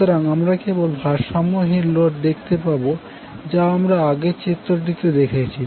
সুতরাং আমরা কেবল ভারসাম্যহীন লোড দেখতে পাবো যা আমরা আগের চিত্রটিতে দেখেছি